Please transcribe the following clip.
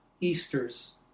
Easter's